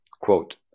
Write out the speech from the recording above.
quote